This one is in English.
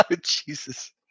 Jesus